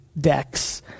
decks